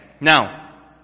Now